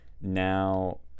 now